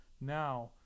Now